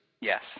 Yes